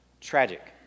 Tragic